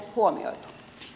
arvoisa puhemies